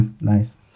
Nice